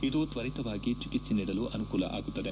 ಇದು ತ್ವರಿತವಾಗಿ ಚಿಕಿತ್ಸೆ ನೀಡಲು ಅನುಕೂಲ ಆಗುತ್ತದೆ